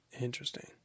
interesting